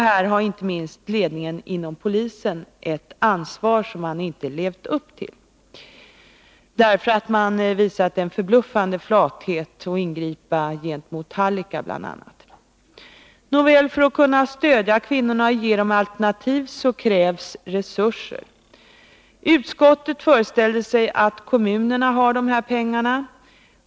Här har inte minst ledningen inom polisen ett ansvar, som man inte har levt upp till, utan i stället har man visat en förbluffande flathet när det gällt att ingripa bl.a. gentemot hallickarna. Nåväl, för att kunna stödja kvinnorna och ge dem alternativ krävs resurser. Utskottet föreställer sig att kommunerna har de här pengarna.